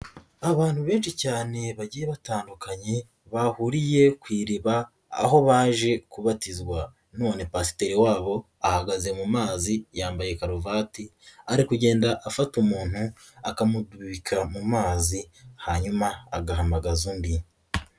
Abantu benshi cyane bagiye batandukanye, bahuriye ku iriba, aho baje kubatizwa. None pasiteri wabo ahagaze mu mazi, yambaye karuvati, ari kugenda afata umuntu, akamudubika mu mazi, hanyuma agahamagaza undi.